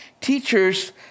Teachers